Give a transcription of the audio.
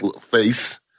face